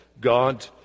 God